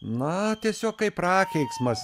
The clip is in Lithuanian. na tiesiog kaip prakeiksmas